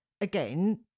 Again